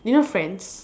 you know friends